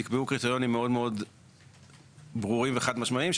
נקבעו קריטריונים מאוד מאוד ברורים וחד משמעיים,